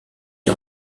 les